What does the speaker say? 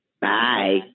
Bye